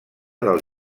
del